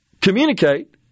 communicate